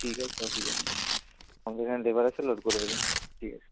ঠিক আছে অসুবিধা নেই আমাদের এখানে লেবার আছে লোড করে দেবে ঠিক আছে